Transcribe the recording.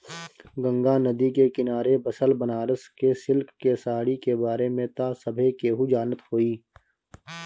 गंगा नदी के किनारे बसल बनारस के सिल्क के साड़ी के बारे में त सभे केहू जानत होई